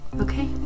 Okay